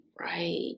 Right